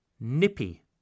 Nippy